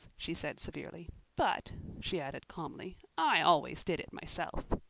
she said severely but, she added calmly, i always did it myself.